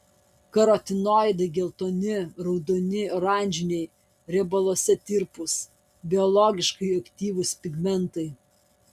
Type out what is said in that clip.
karotinoidai geltoni raudoni oranžiniai riebaluose tirpūs biologiškai aktyvūs pigmentai